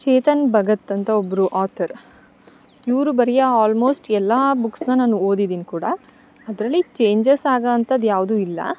ಚೇತನ್ ಭಗತ್ ಅಂತ ಒಬ್ಬರು ಆಥರ್ ಇವರು ಬರಿಯೋ ಅಲ್ಮೋಸ್ಟ್ ಎಲ್ಲ ಬುಕ್ಸ್ನ ನಾನು ಓದಿದೀನಿ ಕೂಡ ಅದರಲ್ಲಿ ಚೇಂಜಸ್ ಆಗೋಂಥದ್ದ್ ಯಾವುದು ಇಲ್ಲ